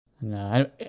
no